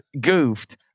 goofed